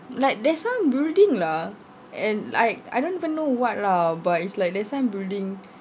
like there's some building lah and like I don't even know what lah but is like there's some building